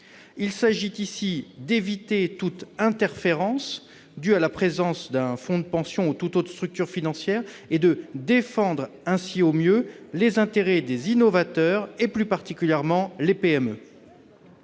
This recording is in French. Il s'agit d'éviter toute interférence due à la présence d'un fonds de pension, ou de toute autre structure financière, et de défendre ainsi au mieux les intérêts des innovateurs et, plus particulièrement, des PME.